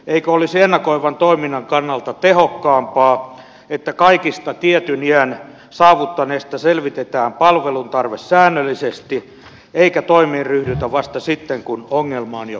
eikö olisi ennakoivan toiminnan kannalta tehokkaampaa että kaikista tietyn iän saavuttaneista selvitetään palveluntarve säännöllisesti eikä toimiin ryhdytä vasta sitten kun ongelma on jo kaatumassa syliin